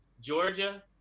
Georgia